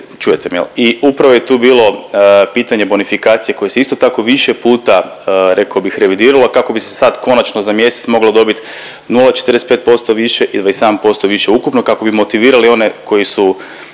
čujete me jel i upravo je tu bilo pitanje bonifikacije koje se isto tako više puta reko bih revidiralo kako bi se sad konačno za mjesec moglo dobit 0,45% više ili 27% više ukupno kako bi motivirali one koji su